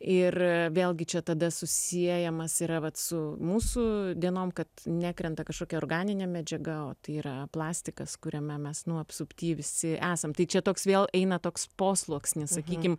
ir vėlgi čia tada susiejamas yra vat su mūsų dienom kad nekrenta kažkokia organinė medžiaga o tai yra plastikas kuriame mes nu apsupty visi esam tai čia toks vėl eina toks posluoksnis sakykim